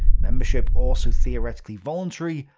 membership, also theoretically voluntary,